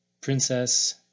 Princess